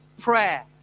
prayer